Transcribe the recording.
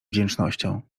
wdzięcznością